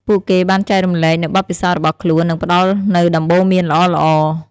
ពួកគេបានចែករំលែកនូវបទពិសោធន៍របស់ខ្លួន និងផ្តល់នូវដំបូន្មានល្អៗ។